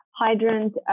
hydrant